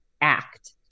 act